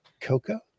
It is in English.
coco